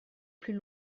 plus